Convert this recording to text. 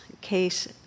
Case